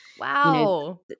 Wow